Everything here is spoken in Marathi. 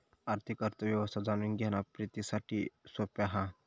आर्थिक अर्थ व्यवस्था जाणून घेणा प्रितीसाठी सोप्या हा